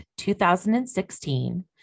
2016